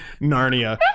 narnia